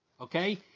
Okay